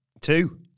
Two